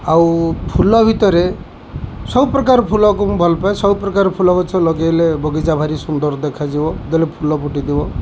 ଆଉ ଫୁଲ ଭିତରେ ସବୁପ୍ରକାର ଫୁଲକୁ ମୁଁ ଭଲ ପାଏ ସବୁପ୍ରକାର ଫୁଲ ଗଛ ଲଗେଇଲେ ବଗିଚା ଭାରି ସୁନ୍ଦର ଦେଖାଯିବ ଦେଲେ ଫୁଲ ଫୁଟିଦିବ